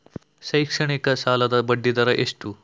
ಶೈಕ್ಷಣಿಕ ಸಾಲದ ಬಡ್ಡಿ ದರ ಎಷ್ಟು?